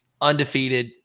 Undefeated